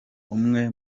umwe